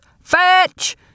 Fetch